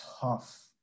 tough